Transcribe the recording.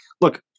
look